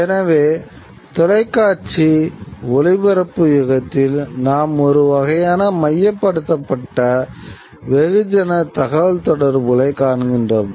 எனவே தொலைக்காட்சி ஒளிபரப்பு யுகத்தில் நாம் ஒரு வகையான மையப்படுத்தப்பட்ட வெகுஜன தகவல்தொடர்புகளைக் காண்கிறோம்